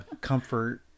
comfort